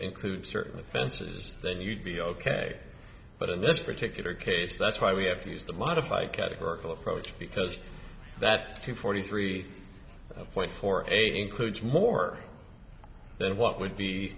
include certain offenses then you'd be ok but in this particular case that's why we have to use the modify categorical approach because that to forty three point four eight includes more than what would